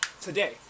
today